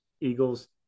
Eagles